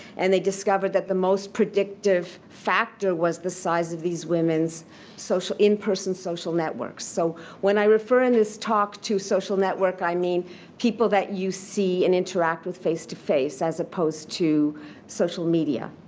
and they discovered that the most predictive factor was the size of these women's in-person social networks. so when i refer in this talk to social network i mean people that you see and interact with face-to-face as opposed to social media.